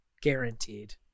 guaranteed